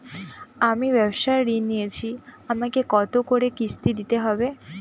আমি ব্যবসার ঋণ নিয়েছি আমাকে কত করে কিস্তি দিতে হবে?